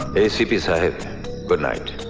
a c p, so good but night.